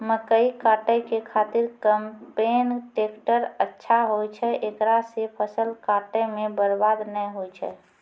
मकई काटै के खातिर कम्पेन टेकटर अच्छा होय छै ऐकरा से फसल काटै मे बरवाद नैय होय छै?